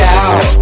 out